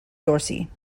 dorsey